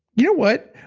you know what?